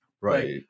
right